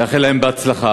לאחל להם בהצלחה,